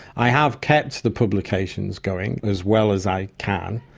i have kept the publications going as well as i can,